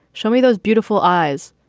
show me those beautiful eyes.